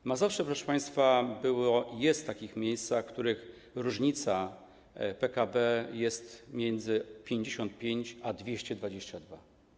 Na Mazowszu, proszę państwa, były i są takie miejsca, w których różnica PKB wynosi między 55 a 222.